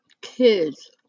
kids